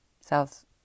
South